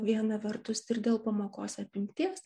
viena vertus ir dėl pamokos apimties